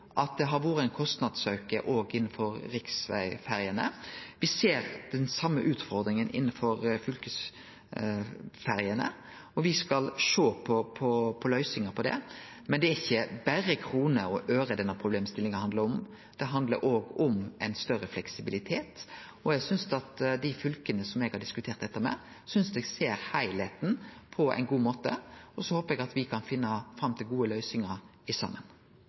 at det har vore ein kostnadsauke òg innanfor riksvegferjene. Me ser den same utfordringa innanfor fylkesferjene, og me skal sjå på løysingar på det. Men det er ikkje berre kroner og øre denne problemstillinga handlar om, det handlar òg om ein større fleksibilitet. Eg synest at dei fylka som eg har diskutert dette med, ser heilskapen på ein god måte, og så håper eg at me kan finne fram til gode løysingar saman. Vi i